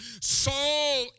Saul